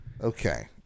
Okay